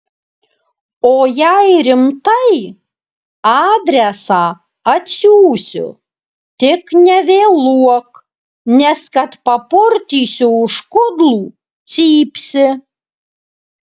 o jei rimtai adresą atsiųsiu tik nevėluok nes kad papurtysiu už kudlų cypsi